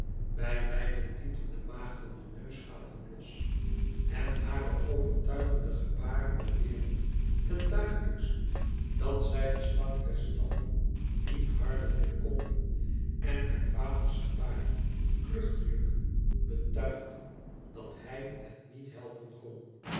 bij wijlen lieten de maagden de neusgaten los en hare overtuigende gebaren beweerden ten duidelijkst dat zij den stank der stallen niet harden meer konden en haar vaders gebaar kluchtiglijk betuigde dat hij het niet verhelpen kon